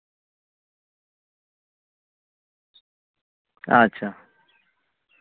ᱟᱪᱪᱷᱟ